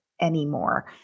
anymore